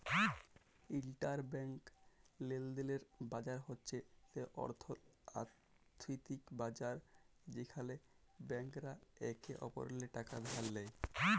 interbank লেলদেলের বাজার হছে সে আথ্থিক বাজার যেখালে ব্যাংকরা একে অপরেল্লে টাকা ধার লেয়